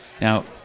Now